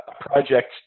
project